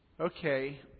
Okay